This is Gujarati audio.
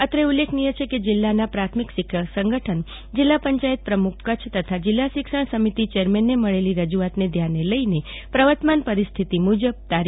અત્રે ઉલ્લેખનીય છે કે જિલ્લાના પ્રાથમિક શિક્ષક સંગઠન જિલ્લા પંચાયત પ્રમુખ કચ્છ તથા જિલ્લા શિક્ષણ સમિતિના ચેરમેનન મળલી રજૂઆતન ધ્યાને લઈને લઈ પ્રવર્તમાન પરિસ્થિતિ મુજબ તા